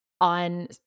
on